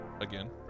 again